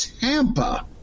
Tampa